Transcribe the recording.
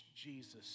Jesus